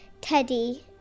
teddy